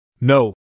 No